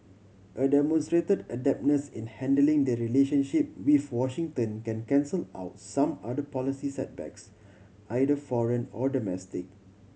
a demonstrated adeptness in handling the relationship with Washington can cancel out some other policy setbacks either foreign or domestic